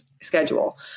schedule